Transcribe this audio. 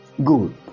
good